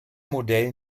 modell